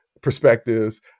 Perspectives